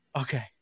okay